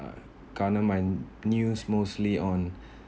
uh garner my news mostly on